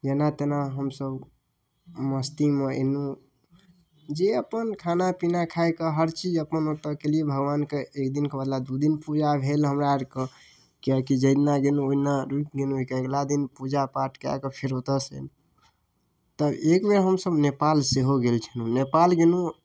जेना तेना हमसब मस्तीमे अएलहुँ जे अपन खानापिना खाकऽ हर चीज अपन ओतऽ केलिए भगवानके एक दिनके बदला दुइ दिन पूजा भेल हमरा आओरके कियाकि जाहिदिना गेलहुँ ओहिदिना रुकि गेलहुँ ओहिके अगिला दिन पूजा पाठ कऽ कऽ फेर ओतऽसँ तऽ एकबेर हमसब नेपाल सेहो गेल छलहुँ नेपाल गेलहुँ